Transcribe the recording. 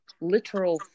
literal